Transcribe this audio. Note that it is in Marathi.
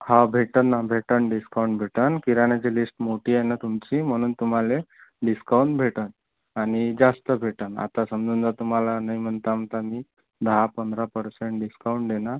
हा भेटंल ना भेटंल डिस्काऊंट भेटंल किराण्याची लिस्ट मोठी आहे ना तुमची म्हणून तुम्हाला डिस्काऊंट भेटंल आणि जास्त भेटंल आता समजून जा तुम्हाला नाही म्हणता म्हणता मी दहा पंधरा पर्सेंट डिस्काऊंट देणार